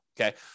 okay